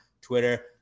Twitter